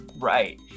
Right